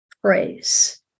praise